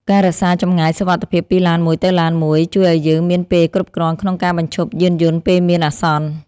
ការរក្សាចម្ងាយសុវត្ថិភាពពីឡានមួយទៅឡានមួយជួយឱ្យយើងមានពេលគ្រប់គ្រាន់ក្នុងការបញ្ឈប់យានយន្តពេលមានអាសន្ន។